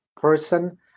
person